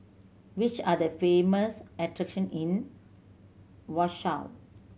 which are the famous attraction in Warsaw